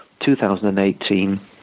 2018